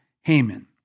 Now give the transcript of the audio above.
Haman